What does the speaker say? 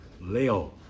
Leo